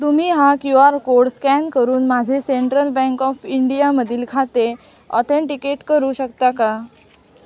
तुम्ही हा Q R code scan करून माझे सेंट्रल बँक ऑफ इंडियामधील खाते ऑथेंटिकेट करू शकता का